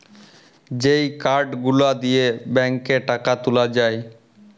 যেই কার্ড গুলা দিয়ে ব্যাংকে টাকা তুলে যায়